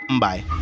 Bye